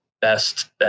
best